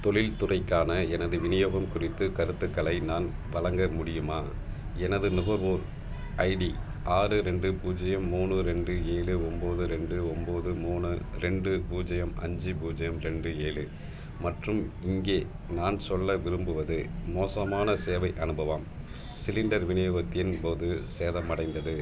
தொழில்துறைக்கான எனது விநியோகம் குறித்து கருத்துக்களை நான் வழங்க முடியுமா எனது நுகர்வோர் ஐடி ஆறு ரெண்டு பூஜ்ஜியம் மூணு ரெண்டு ஏழு ஒம்பது ரெண்டு ஒம்பது மூணு ரெண்டு பூஜ்ஜியம் அஞ்சு பூஜ்ஜியம் ரெண்டு ஏழு மற்றும் இங்கே நான் சொல்ல விரும்புவது மோசமான சேவை அனுபவம் சிலிண்டர் விநியோகத்தின் போது சேதமடைந்தது